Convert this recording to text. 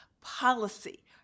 policy